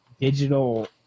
digital